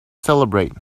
celebrate